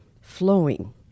flowing